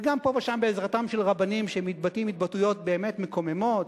וגם פה ושם בעזרתם של רבנים שמתבטאים התבטאויות באמת מקוממות,